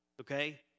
Okay